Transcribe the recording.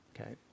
Okay